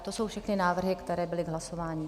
To jsou všechny návrhy, které byly k hlasování.